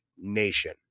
nation